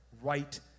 right